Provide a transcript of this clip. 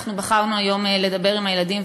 אנחנו בחרנו היום לדבר עם הילדים,